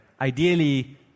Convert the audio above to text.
Ideally